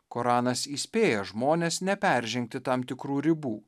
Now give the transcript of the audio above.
koranas įspėja žmones neperžengti tam tikrų ribų